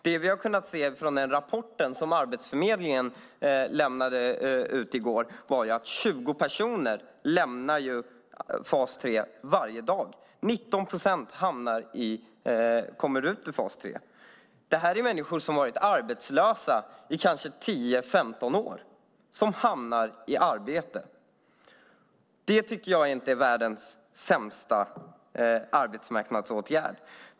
Det vi har kunnat se av den rapport som Arbetsförmedlingen lämnade i går var att 20 personer lämnar fas 3 varje dag. 19 procent kommer ut ur fas 3. Det är människor som har varit arbetslösa i kanske tio femton år som hamnar i arbete. Det tycker jag inte är världens sämsta arbetsmarknadsåtgärd.